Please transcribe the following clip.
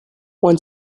one